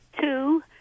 two